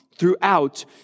throughout